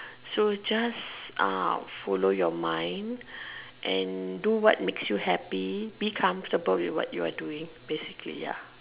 so just uh follow your mind and do what makes you happy be comfortable with what you are doing basically ya